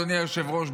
אדוני היושב-ראש,